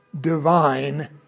divine